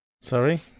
Sorry